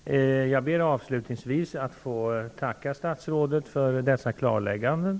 Fru talman! Jag ber avslutningsvis att få tacka statsrådet för dessa klarlägganden.